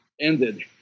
ended